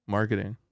Marketing